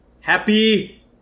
Happy